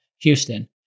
Houston